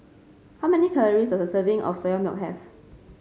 how many calories does a serving of Soya Milk have